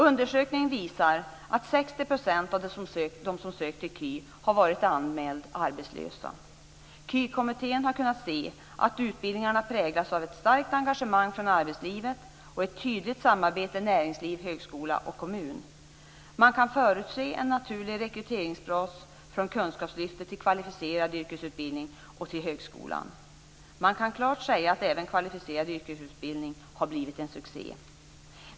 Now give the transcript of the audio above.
Undersökningar visar att 60 % av dem som sökt sig till kvalificerad yrkesutbildning har varit anmälda arbetslösa. Kommittén för kvalificerad yrkesutbildning har kunnat se att utbildningarna präglas av ett starkt engagemang från arbetslivet och ett tydligt samarbete näringsliv-högskola-kommun. Man kan förutse en naturlig rekryteringsbas från kunskapslyftet till kvalificerad yrkesutbildning och till högskolan. Man kan klart säga att även kvalificerad yrkesutbildning blivit en succé.